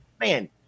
Man